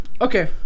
Okay